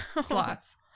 slots